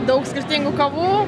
daug skirtingų kavų